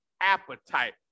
appetite